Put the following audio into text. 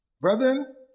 Brethren